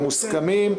המוסכמים,